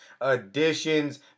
additions